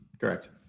Correct